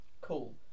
Cool